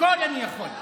הכול אני יכול.